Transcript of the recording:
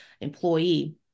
employee